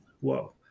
Wow